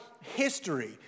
history